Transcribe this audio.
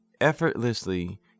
Effortlessly